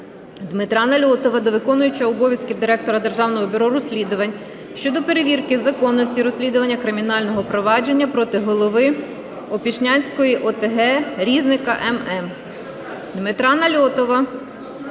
Дмитра Нальотова до виконувача обов'язків Директора Державного бюро розслідувань щодо перевірки законності розслідування кримінального провадження проти голови Опішнянської ОТГ Різника М.М. Дмитра Нальотова